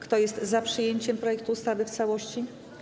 Kto jest za przyjęciem projektu ustawy w całości?